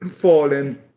fallen